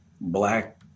Black